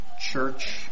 church